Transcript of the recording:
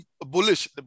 bullish